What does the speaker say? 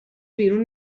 بیرون